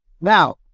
Now